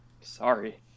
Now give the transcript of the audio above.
Sorry